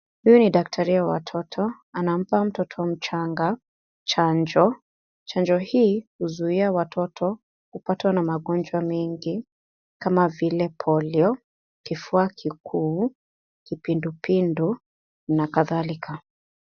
Huyu ni daktari wa watoto anampa mtoto mchanga chanjo, chanjo hii husaidia watoto kupatwa na magonjwa mengi kama vile polio, kifuaa kikuu ,kipindupindu na kadhalika.